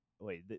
Wait